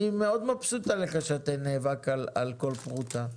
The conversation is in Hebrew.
אני מאוד מבסוט עליך שאתה נאבק על כל פרוטה.